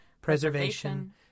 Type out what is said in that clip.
preservation